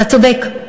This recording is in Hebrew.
אתה צודק.